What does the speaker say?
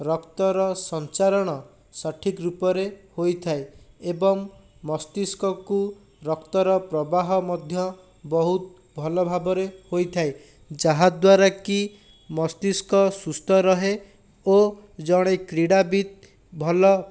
ରକ୍ତର ସଞ୍ଚାରଣ ସଠିକ୍ ରୂପରେ ହୋଇଥାଏ ଏବଂ ମସ୍ତିଷ୍କକୁ ରକ୍ତର ପ୍ରବାହ ମଧ୍ୟ ବହୁତ ଭଲ ଭାବରେ ହୋଇଥାଏ ଯାହାଦ୍ୱାରାକି ମସ୍ତିଷ୍କ ସୁସ୍ଥ ରୁହେ ଓ ଜଣେ କ୍ରୀଡ଼ାବିତ ଭଲ